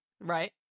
Right